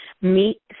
meet